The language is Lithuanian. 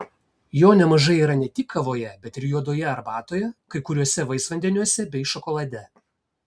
jo nemažai yra ne tik kavoje bet ir juodoje arbatoje kai kuriuose vaisvandeniuose bei šokolade